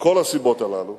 מכל הסיבות הללו